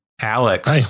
Alex